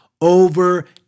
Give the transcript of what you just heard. over